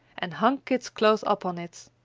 and hung kit's clothes up on it,